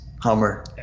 Hummer